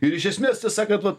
ir iš esmės tiesą sakant vat